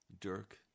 Dirk